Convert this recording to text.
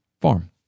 Farm